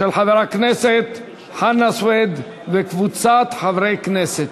של חבר הכנסת חנא סוייד וקבוצת חברי הכנסת.